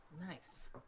Nice